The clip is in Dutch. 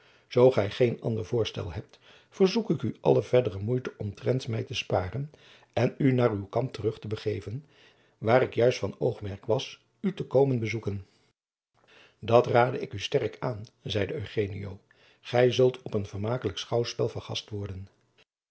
zoo gij geen ander voorstel hebt verzoek ik u alle verdere moeite omtrent mij te sparen eu u naar uw kamp terug te begeven waar ik juist van oogmerk was u te komen bezoeken dat rade ik u sterk aan zeide eugenio gij zult op een vermakelijk schouwspel vergast worden